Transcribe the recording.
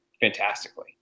fantastically